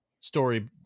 story